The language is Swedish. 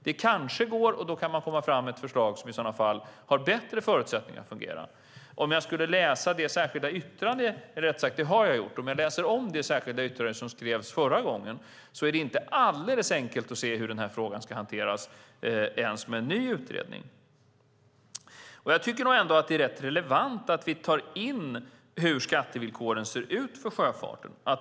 Det kanske går, och då kan man komma fram med ett förslag som i sådana fall har bättre förutsättningar att fungera. När jag på nytt läser det särskilda yttrande som skrevs förra gången tycker jag att det inte är alldeles enkelt att se hur den här frågan ska hanteras ens med en ny utredning. Jag tycker nog ändå att det är rätt relevant att vi tar in hur skattevillkoren ser ut för sjöfarten.